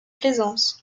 plaisance